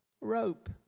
rope